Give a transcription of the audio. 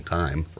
time